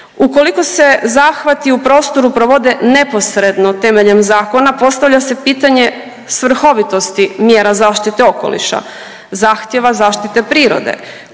Ukoliko se zahvati u prostoru provode neposredno temeljem zakona postavlja se pitanje svrhovitosti mjera zaštite okoliša, zahtjeva zaštite prirode,